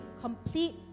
complete